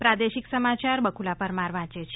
પ્રાદેશિક સમાચાર બકુલા પરમાર વાંચે છે